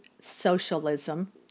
socialism